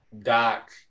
Doc